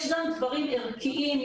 יש גם דברים ערכיים,